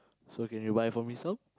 so can you buy for me some